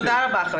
תודה רבה.